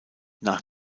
nach